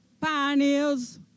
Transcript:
Pioneers